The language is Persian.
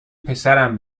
پسرم